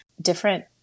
different